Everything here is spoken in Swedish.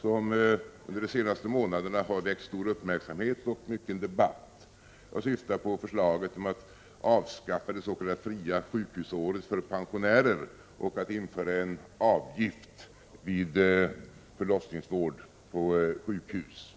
som under de närmaste månaderna har väckt stor uppmärksamhet och mycken debatt. Jag syftar på förslaget att avskaffa det s.k. fria sjukhusåret för pensionärer och att införa en avgift vid förlossningsvård på sjukhus.